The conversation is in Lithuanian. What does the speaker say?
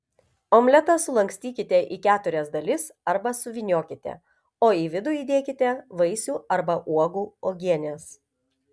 omletą sulankstykite į keturias dalis arba suvyniokite o į vidų įdėkite vaisių arba uogų uogienės